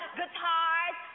guitars